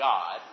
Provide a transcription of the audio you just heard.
God